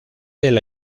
del